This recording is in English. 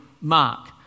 Mark